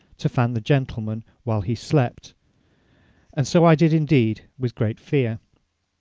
to fan the gentleman while he slept and so i did indeed with great fear.